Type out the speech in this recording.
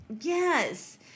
Yes